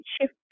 shift